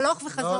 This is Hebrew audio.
הלוך וחזור,